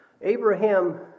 Abraham